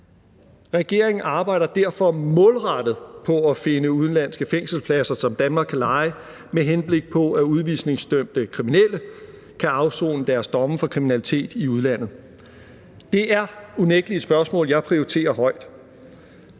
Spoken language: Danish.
Regeringen arbejder derfor målrettet på at finde udenlandske fængselspladser, som Danmark kan leje, med henblik på at udvisningsdømte kriminelle kan afsone deres domme for kriminalitet i udlandet. Det er unægtelig et spørgsmål, som jeg prioriterer højt.